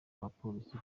abapolisi